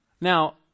Now